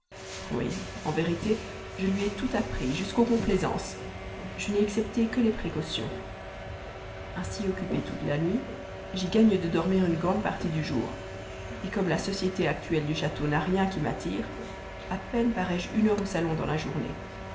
oui en vérité je lui ai tout appris jusqu'aux complaisances je n'ai excepté que les précautions ainsi occupé toute la nuit j'y gagne de dormir une grande partie du jour comme la société actuelle du château n'a rien qui m'attire à peine parais je une heure au salon dans la journée